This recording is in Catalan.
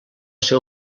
ser